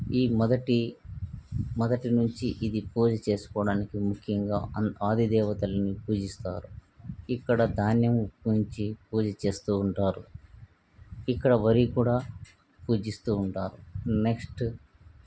ఈ మొదటి మొదటి నుంచి ఇది పూజ చేసుకోవడానికి ముఖ్యంగా ఆది దేవతలని పూజిస్తారు ఇక్కడ ధాన్యము ఉంచి పూజ చేస్తూ ఉంటారు ఇక్కడ వరి కూడా పూజిస్తూ ఉంటారు నెక్స్ట్